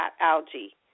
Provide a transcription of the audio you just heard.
algae